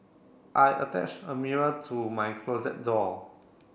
I attach a mirror to my closet door